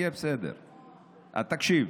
תקשיב.